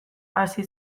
hasi